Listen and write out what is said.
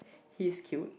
he's cute